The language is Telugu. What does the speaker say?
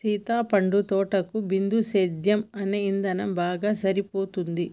సీత పండ్ల తోటలకు బిందుసేద్యం అనే ఇధానం బాగా సరిపోతుంది